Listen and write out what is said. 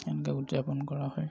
এনেকৈ উদযাপন কৰা হয়